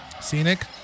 Scenic